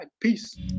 Peace